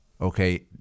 okay